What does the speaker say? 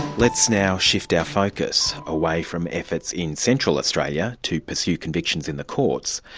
let's now shift our focus away from efforts in central australia to pursue convictions in the court,